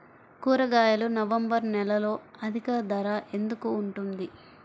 కూరగాయలు నవంబర్ నెలలో అధిక ధర ఎందుకు ఉంటుంది?